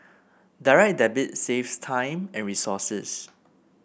Direct Debit saves time and resources